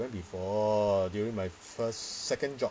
I went before during my first second job